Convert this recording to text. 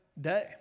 day